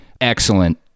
excellent